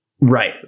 Right